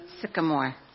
Sycamore